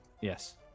Yes